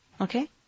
Okay